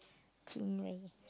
Chin-Wei